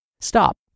Stop